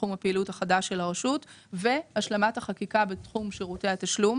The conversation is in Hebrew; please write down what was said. תחום הפעילות החדש של הרשות והשלמת החקיקה בתחום שירותי התשלום